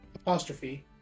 apostrophe